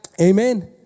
Amen